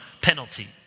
penalty